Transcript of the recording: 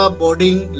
boarding